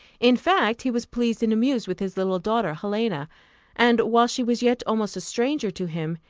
in fact, he was pleased and amused with his little daughter, helena and whilst she was yet almost a stranger to him,